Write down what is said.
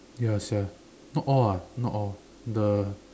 ya sia not all ah not all the